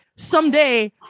Someday